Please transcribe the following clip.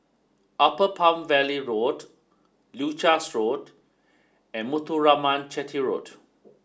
Upper Palm Valley Road Leuchars Road and Muthuraman Chetty Road